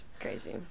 crazy